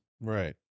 Right